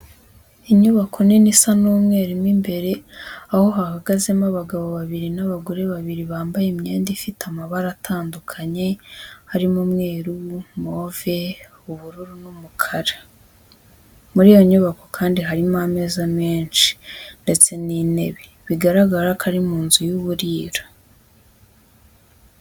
Inyubako nini isa umweru mo imbere, aho hahagazemo abagabo babiri n'abagore babiri bambaye imyenda ifite amabara atandukanye arimo umweru, move, ubururu n'umukara. Muri iyo nyubako kandi harimo ameza menshi ndetse n'intebe, bigaragara ko ari mu nzu y'uburiro.